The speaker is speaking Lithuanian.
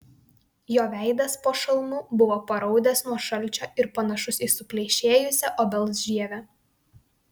jo veidas po šalmu buvo paraudęs nuo šalčio ir panašus į supleišėjusią obels žievę